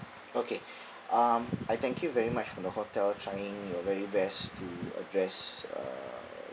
okay um I thank you very much for the hotel trying your very best to address uh